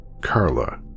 Carla